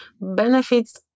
benefits